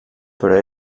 però